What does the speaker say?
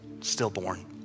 stillborn